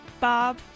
Bob